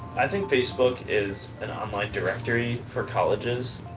i think facebook is an online directory for colleges.